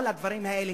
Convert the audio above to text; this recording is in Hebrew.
כל הדברים האלה,